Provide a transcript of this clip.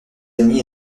amis